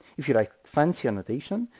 if you like fancier notation,